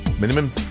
Minimum